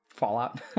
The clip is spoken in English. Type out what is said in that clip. fallout